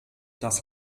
das